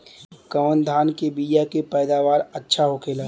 कवन धान के बीया के पैदावार अच्छा होखेला?